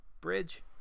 bridge